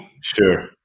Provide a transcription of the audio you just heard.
Sure